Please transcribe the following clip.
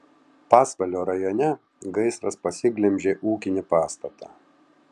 pasvalio rajone gaisras pasiglemžė ūkinį pastatą